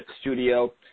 studio